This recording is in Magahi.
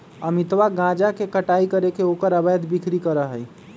अमितवा गांजा के कटाई करके ओकर अवैध बिक्री करा हई